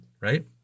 right